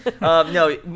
no